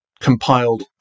compiled